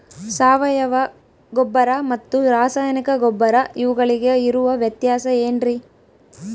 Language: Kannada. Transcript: ಸಾವಯವ ಗೊಬ್ಬರ ಮತ್ತು ರಾಸಾಯನಿಕ ಗೊಬ್ಬರ ಇವುಗಳಿಗೆ ಇರುವ ವ್ಯತ್ಯಾಸ ಏನ್ರಿ?